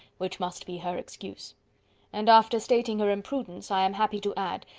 which must be her excuse and after stating her imprudence, i am happy to add,